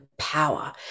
Power